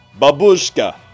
babushka